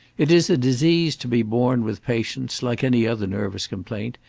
it is a disease to be borne with patience, like any other nervous complaint,